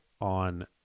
on